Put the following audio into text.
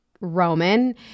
Roman